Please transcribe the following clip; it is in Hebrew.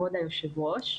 כבוד היושב-ראש,